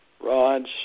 rods